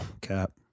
cap